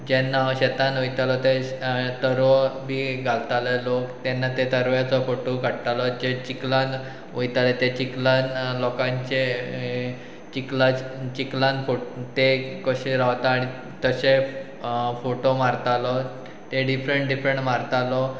जेन्ना हांव शेतान वयतालो ते तरव बी घालताले लोक तेन्ना ते तरव्याचो फोटो काडटालो जे चिखलान वयताले ते चिखलान लोकांचे चिखला चिकलान ते कशे रावता आनी तशे फोटो मारतालो ते डिफ्रंट डिफ्रंट मारतालो